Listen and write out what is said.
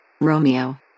Romeo